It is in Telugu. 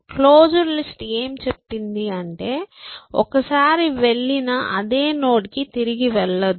క్లోస్డ్ లిస్ట్ ఏమి చెప్పింది అంటే ఒకసారి వెళ్లిన అదే నోడ్కు తిరిగి వెళ్లవద్దు